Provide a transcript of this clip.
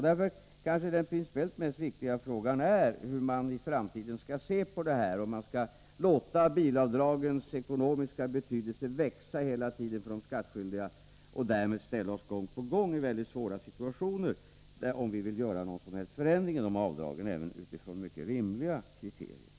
Där kanske den principiellt mest viktiga frågan är hur man i framtiden skall se på detta och om man skall låta bilavdragens ekonomiska betydelse för de skattskyldiga växa hela tiden och därmed gång på gång ställa oss i väldigt svåra situationer, om vi vill göra någon som helst förändring i dessa avdrag även utifrån mycket rimliga kriterier.